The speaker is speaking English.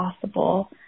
possible